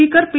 speaker P